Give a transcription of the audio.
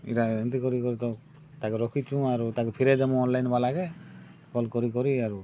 ଇରା ଏମିତି କରି କରି ତ ତାକୁ ରଖିଚୁ ଆରୁ ତାକୁ ଫରେଇଦମୁ ଅନଲାଇନ୍ ବାଲାକେ କଲ୍ କରି କରି ଆରୁ